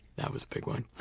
that was a big one.